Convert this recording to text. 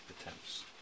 attempts